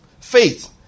faith